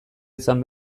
izan